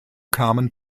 kamen